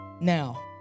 Now